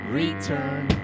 return